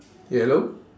ya hello